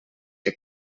que